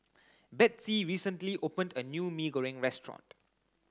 Betsey recently opened a new Mee Goreng Restaurant